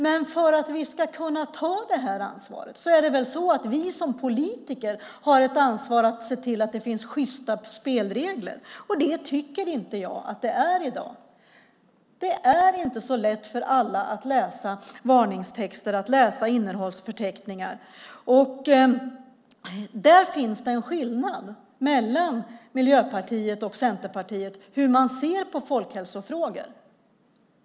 Men för att vi ska kunna ta det ansvaret har vi som politiker ett ansvar att se till att det finns sjysta spelregler. Det tycker inte jag att det är i dag. Det är inte så lätt för alla att läsa varningstexter och innehållsförteckningar. Där finns det en skillnad mellan Miljöpartiet och Centerpartiet i hur man ser på folkhälsofrågor.